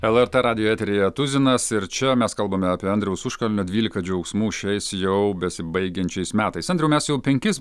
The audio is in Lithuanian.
lrt radijo eteryje tuzinas ir čia mes kalbame apie andriaus užkalnio dvylika džiaugsmų šiais jau besibaigiančiais metais andriau mes jau penkis